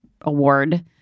award